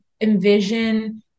envision